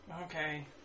okay